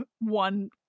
one